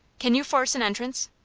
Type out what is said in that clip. can you force an entrance?